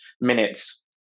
minutes